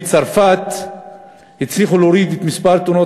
בצרפת הצליחו להוריד את מספר תאונות